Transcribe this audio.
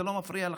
זה לא מפריע לכם?